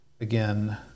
again